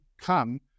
come